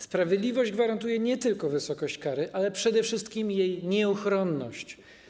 Sprawiedliwość gwarantuje nie tylko wysokość kary, ale przede wszystkim jej nieuchronność.